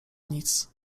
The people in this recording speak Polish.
nic